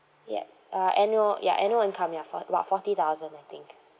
yup uh annual ya annual income ya for about forty thousand I think